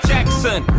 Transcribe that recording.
Jackson